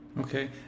Okay